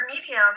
medium